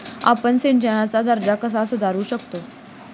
आपण सिंचनाचा दर्जा कसा सुधारू शकतो?